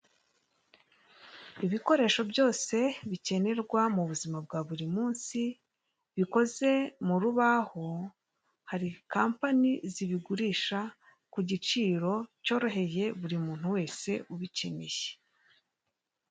Ibikoresho byose bikenerwa mu buzima bwa buri munsi, bikoze mu rubaho, hari kampani zibigurisha kugiciro cyoroheye buri muntu wese ubikeneye.